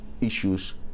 issues